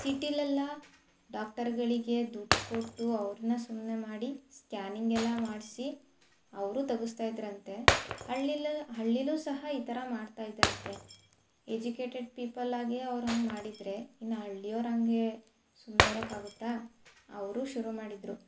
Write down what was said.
ಸಿಟಿಲೆಲ್ಲ ಡಾಕ್ಟರುಗಳಿಗೆ ದುಡ್ಡು ಕೊಟ್ಟು ಅವ್ರನ್ನು ಸುಮ್ಮನೆ ಮಾಡಿ ಸ್ಕ್ಯಾನಿಂಗ್ ಎಲ್ಲ ಮಾಡಿಸಿ ಅವರು ತೆಗೆಸ್ತಾ ಇದ್ದರಂತೆ ಹಳ್ಳಿಲಿ ಹಳ್ಳಿಲೂ ಸಹ ಈ ಥರ ಮಾಡ್ತಾ ಇದ್ದರಂತೆ ಎಜುಕೇಟೆಡ್ ಪೀಪಲ್ಲಾಗೆ ಅವ್ರು ಹಂಗೆ ಮಾಡಿದರೆ ಇನ್ನು ಹಳ್ಳಿಯವ್ರು ಹಂಗೆ ಸುಮ್ಮನೆ ಇರೋಕಾಗುತ್ತಾ ಅವರು ಶುರು ಮಾಡಿದರು